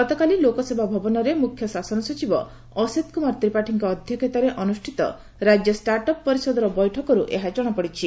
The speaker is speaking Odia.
ଗତକାଲି ଲୋକସେବା ଭବନରେ ମୁଖ୍ୟ ଶାସନ ସଚିବ ଅସିତ୍ କୁମାର ତ୍ରିପାଠୀଙ୍କ ଅଧ୍ଘକ୍ଷତାରେ ଅନୁଷ୍ଠିତ ରାକ୍ୟ ଷ୍ଟାର୍ଟ ଅପ୍ ପରିଷଦର ବୈଠକରୁ ଏହା ଜଣାପଡ଼ିଛି